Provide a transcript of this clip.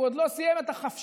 הוא עוד לא סיים את החפש"ש,